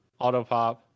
Autopop